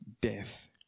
death